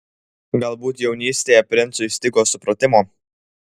galbūt jaunystėje princui stigo supratimo